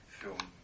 film